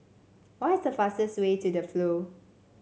what is the fastest way to The Flow